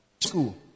school